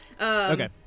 Okay